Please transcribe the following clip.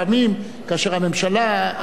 לפעמים כאשר הממשלה,